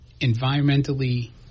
environmentally